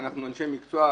כי אנחנו אנשי מקצוע,